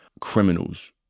criminals